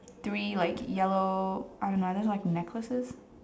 three like yellow I don't know are those like necklaces